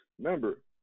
remember